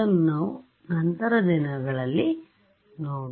ನಾವು ನಂತರದ ದಿನಗಳಲ್ಲಿ ನೋಡುವ